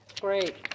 Great